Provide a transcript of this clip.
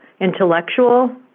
intellectual